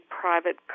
private